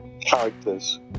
characters